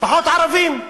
פחות ערבים.